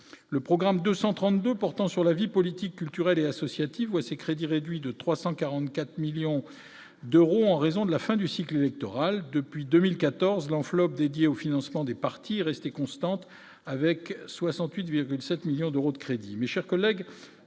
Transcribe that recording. le programme 232 portant sur la vie politique, culturelle et associative voit ses crédits réduits de 344 millions d'euros, en raison de la fin du cycle électoral depuis 2014 l'enveloppe dédiée au financement des partis restée constante avec 68,7 milliards d'euros de crédit,